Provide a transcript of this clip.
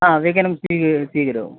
हा वेगनं स्वी स्वीकरोमि